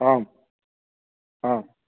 आं हा